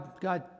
God